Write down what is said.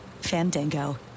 Fandango